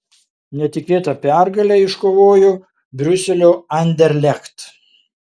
netikėtą pergalę iškovojo briuselio anderlecht